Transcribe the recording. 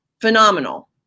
phenomenal